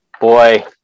boy